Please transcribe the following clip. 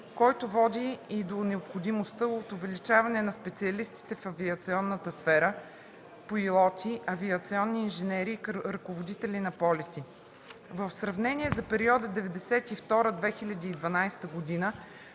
който води и до необходимостта от увеличаване на специалистите в авиационната сфера – пилоти, авиационни инженери и ръководители на полети. В сравнение с периода 1992-2012 г.